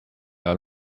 ajal